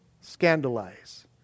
scandalize